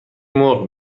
مرغ